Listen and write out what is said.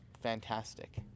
fantastic